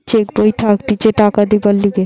check বই থাকতিছে টাকা দিবার লিগে